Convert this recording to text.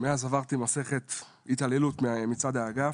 מאז עברתי מסכת התעללות מצד האגף,